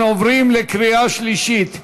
אנחנו עוברים לקריאה שלישית.